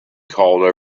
called